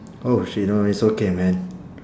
oh shit no it's okay man